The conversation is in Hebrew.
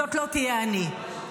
זאת לא תהיה אני.